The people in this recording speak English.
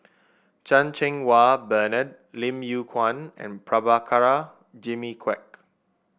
Chan Cheng Wah Bernard Lim Yew Kuan and Prabhakara Jimmy Quek